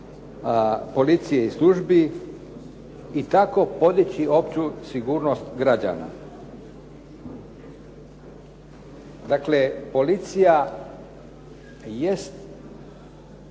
policije i službi i kako podići opću sigurnost građana. Dakle, policija jest